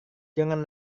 jangan